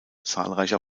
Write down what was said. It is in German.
zahlreicher